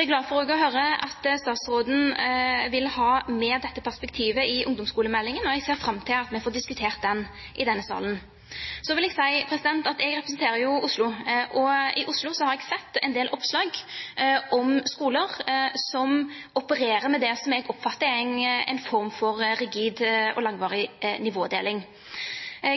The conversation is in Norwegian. er glad for å høre at statsråden vil ha med dette perspektivet i ungdomsskolemeldingen, og jeg ser fram til at vi får diskutert den i denne salen. Jeg representerer Oslo, og i Oslo har jeg sett en del oppslag om skoler som opererer med det som jeg oppfatter er en form for rigid og langvarig nivådeling.